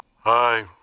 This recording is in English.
Hi